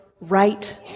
right